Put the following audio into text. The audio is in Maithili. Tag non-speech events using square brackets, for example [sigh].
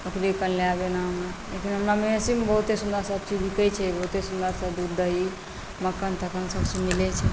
[unintelligible] एना ओना हमरा महिषीमे बहुते सुन्दर सभचीज बिकैत छै बहुते सुन्दर दूध दही मक्खन तक्खन सभचीज मिलैत छै